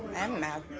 am mad.